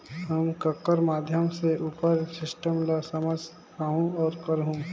हम ककर माध्यम से उपर सिस्टम ला समझ पाहुं और करहूं?